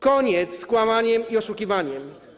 Koniec z kłamaniem i oszukiwaniem.